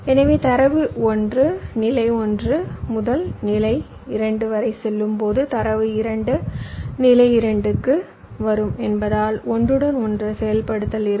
எனவே தரவு 1 நிலை 1 முதல் நிலை 2 வரை செல்லும் போது தரவு 2 நிலை 2 க்கு வரும் என்பதால் ஒன்றுடன் ஒன்று செயல்படுத்தல் இருக்கும்